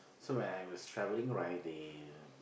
so when I was travelling right the